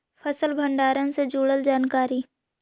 फसल भंडारन से जुड़ल जानकारी?